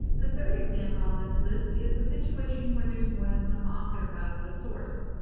the third example on this list is a situation where there's more than one author of the source.